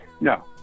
No